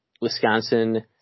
Wisconsin